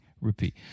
repeat